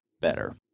better